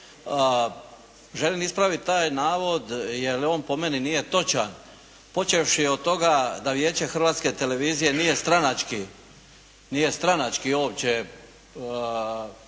Želim ispraviti taj navod jer on po meni nije točan počevši od toga da Vijeće Hrvatske televizije nije stranački uopće